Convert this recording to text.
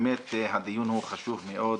באמת הדיון הוא חשוב מאוד,